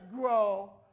grow